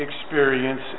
experience